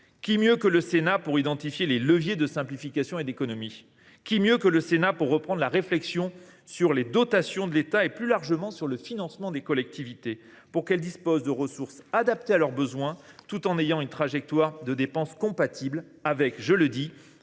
Qui mieux que le Sénat pour identifier les leviers de simplification et d’économies ? Qui mieux que le Sénat pour reprendre la réflexion sur les dotations de l’État et, plus largement, sur le financement des collectivités, pour qu’elles disposent de ressources adaptées à leurs besoins tout en ayant une trajectoire de dépenses compatible avec, je le dis,